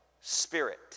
spirit